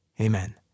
Amen